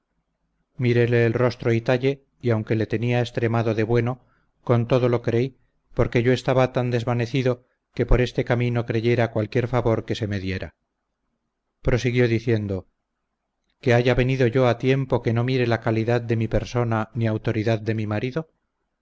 miréle el rostro y talle y aunque le tenía extremado de bueno con todo lo creí porque yo estaba tan desvanecido que por este camino creyera cualquier favor que se me diera prosiguió diciendo que haya venido yo a tiempo que no mire la calidad de mi persona ni autoridad de mi marido